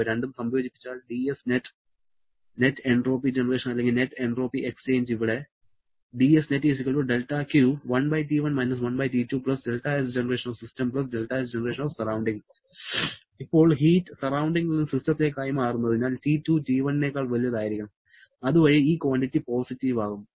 ഇവ രണ്ടും സംയോജിപ്പിച്ചാൽ dSnet നെറ്റ് എൻട്രോപ്പി ജനറേഷൻ അല്ലെങ്കിൽ നെറ്റ് എൻട്രോപ്പി എക്സ്ചേഞ്ച് ഇവിടെ ഇപ്പോൾ ഹീറ്റ് സറൌണ്ടിങ്ങിൽ നിന്ന് സിസ്റ്റത്തിലേക്ക് കൈമാറുന്നതിനാൽ T2 T1 നെക്കാൾ വലുതായിരിക്കണം അതുവഴി ഈ ക്വാണ്ടിറ്റി പോസിറ്റീവ് ആകും